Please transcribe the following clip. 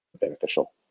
beneficial